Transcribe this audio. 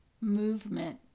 movement